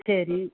சரி